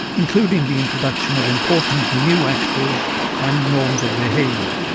including the introduction of important new actors and norms of behaviour.